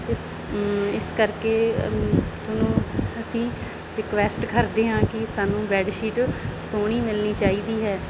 ਇਸ ਇਸ ਕਰਕੇ ਤੁਹਾਨੂੰ ਅਸੀਂ ਰਿਕੁਐਸਟ ਕਰਦੇ ਹਾਂ ਕਿ ਸਾਨੂੰ ਬੈਡ ਸ਼ੀਟ ਸੋਹਣੀ ਮਿਲਣੀ ਚਾਹੀਦੀ ਹੈ